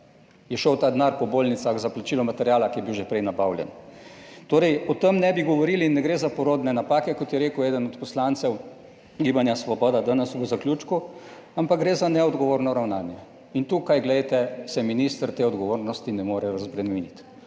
je šel ta denar po bolnicah za plačilo materiala, ki je bil že prej nabavljen. Torej, o tem ne bi govorili. In ne gre za porodne napake, kot je rekel eden od poslancev Gibanja Svoboda danes ob zaključku, ampak gre za neodgovorno ravnanje. In tukaj, glejte, se minister te odgovornosti ne more razbremeniti.